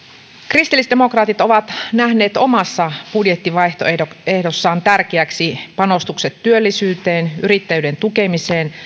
kristillisdemokraatit ovat nähneet omassa budjettivaihtoehdossaan tärkeäksi panostukset työllisyyteen yrittäjyyden tukemiseen